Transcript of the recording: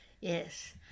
Yes